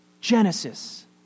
Genesis